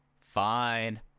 fine